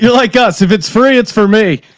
your like us, if it's free it's for me,